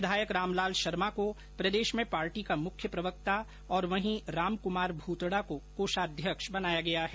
विधायक रामलाल शर्मा को प्रदेश में पार्टी का मुख्य प्रवक्ता और वहीं रामकुमार भूतड़ा को कोषाध्यक्ष बनाया गया है